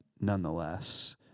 nonetheless